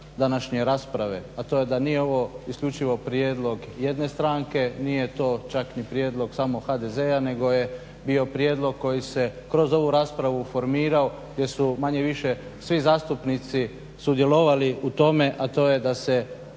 današnje rasprave, a to je da nije ovo isključivo prijedlog jedne stranke, nije to čak ni prijedlog samo HDZ-a, nego je bio prijedlog koji se kroz ovu raspravu formirao, jer su manje-više svi zastupnici sudjelovali u tome, a to je da se